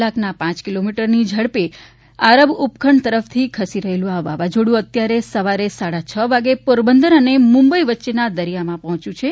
કલાકના પાંચ કિલોમીટરની ઝડપે આરબ ઉપખંડ તરફ ખસી રહેલું આ વાવાઝીડું અત્યારે સવારે સાડા છ વાગ્યે પોરબંદર અને મુંબઇ વચ્ચેના દરિયામાં પહોંચ્યું છે